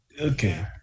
Okay